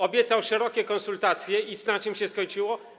Obiecał szerokie konsultacje i na czym się skończyło?